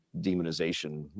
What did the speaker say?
demonization